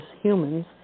humans